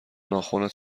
ناخنت